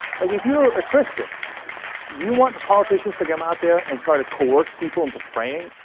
like if you were a christian, do you want the politicians to come out there and try to coerce people into praying?